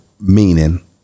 Meaning